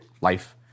life